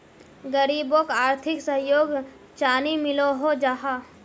गरीबोक आर्थिक सहयोग चानी मिलोहो जाहा?